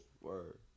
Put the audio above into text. word